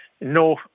No